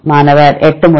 மாணவர் 8 முறை